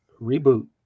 reboot